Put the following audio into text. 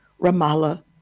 Ramallah